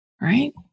Right